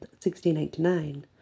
1689